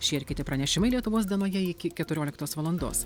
šie ir kiti pranešimai lietuvos dienoje iki keturioliktos valandos